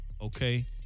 okay